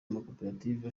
amakoperative